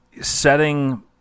setting